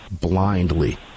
blindly